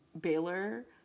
Baylor